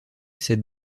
cette